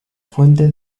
fuente